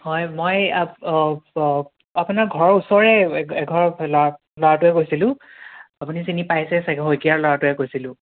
হয় মই আপোনাৰ ঘৰৰ ওচৰৰে এঘৰৰ ল'ৰা ল'ৰাটোৱে কৈছিলোঁ আপুনি চিনি পাইছে ছাগৈ শইকীয়াৰ ল'ৰাটোৱে কৈছোঁ